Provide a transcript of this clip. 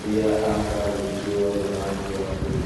pia anga likiwa la rangi ya bluu.